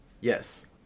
Yes